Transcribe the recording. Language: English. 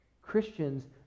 Christians